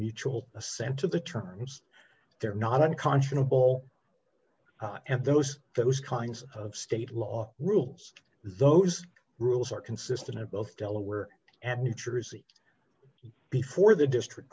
mutual assent to the terms they're not unconscionable and those that was kind of state law rules those rules are consistent both delaware and new jersey before the district